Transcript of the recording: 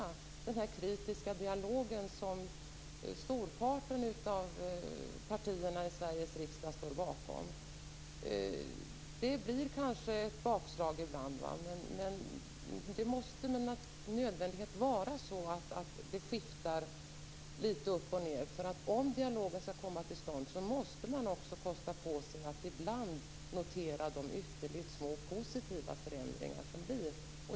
Det gäller den kritiska dialog som merparten av partierna i Sveriges riksdag står bakom. Det blir kanske ett bakslag ibland, men det måste med nödvändighet skifta litet upp och ned. Om dialogen skall komma till stånd måste man också kosta på sig att ibland notera de ytterligt små positiva förändringar som sker.